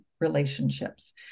relationships